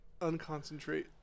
unconcentrate